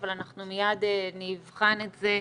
אבל אנחנו מיד נבחן את זה,